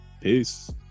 peace